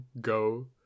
go